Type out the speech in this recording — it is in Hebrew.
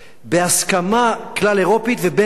בהסכמה כלל-אירופית ובין-לאומית,